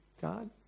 God